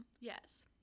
yes